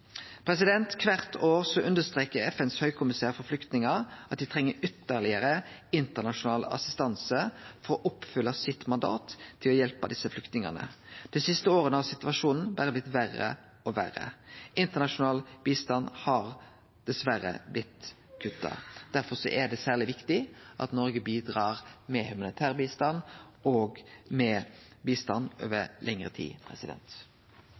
Kvart år understrekar FNs høgkommissær for flyktningar at dei treng ytterlegare internasjonal assistanse for å oppfylle mandatet sitt til å hjelpe desse flyktningane. Dei siste åra har situasjonen berre blitt verre og verre. Internasjonal bistand har dessverre blitt kutta. Derfor er det særleg viktig at Noreg bidrar med humanitær bistand og med bistand over lengre tid.